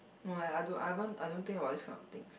no lah I don't I haven't I don't think about this kind of things